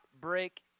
break